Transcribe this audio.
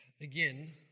Again